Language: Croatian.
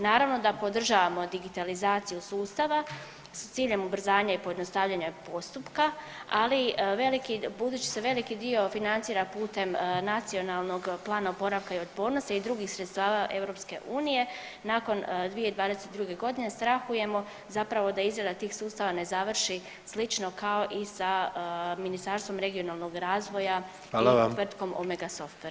Naravno da podržavamo digitalizaciju sustava s ciljem ubrzanja i pojednostavljanja postupka ali budući se veliki dio financira putem Nacionalnog plana oporavka i otpornosti i drugih sredstava EU-a, nakon 2022. godine strahujemo zapravo da izrada tih sustava ne završi slično kao i sa Ministarstvom regionalnog razvoja i tvrtkom Omega Software.